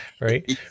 right